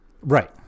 Right